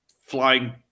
flying